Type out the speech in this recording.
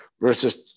versus